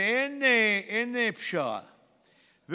ואין פשרה,